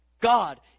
God